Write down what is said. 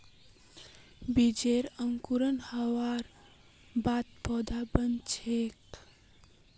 बीजेर अंकुरण हबार बाद पौधा बन छेक